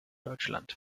deutschland